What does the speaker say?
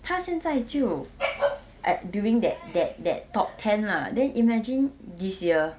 他现在就 at during that that that top ten lah then imagine this year